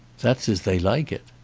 that's as they like it.